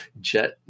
jet